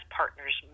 partners